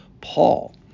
Paul